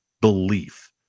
belief